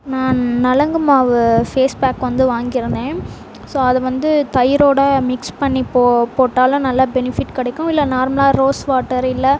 நான் நலங்கு மாவு ஃபேஸ்பேக் வந்து வாங்கியிருந்தேன் ஸோ அது வந்து தயிரோட மிக்ஸ் பண்ணி போ போட்டாலும் நல்ல பெனிஃபிட் கிடைக்கும் இல்லை நார்மலாக ரோஸ் வாட்டர் இல்லை